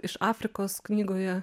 iš afrikos knygoje